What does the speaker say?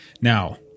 now